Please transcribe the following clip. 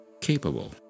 capable